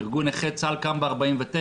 ארגון נכי צה"ל קם ב-1949,